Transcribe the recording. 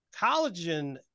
collagen